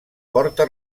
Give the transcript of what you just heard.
porta